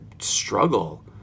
struggle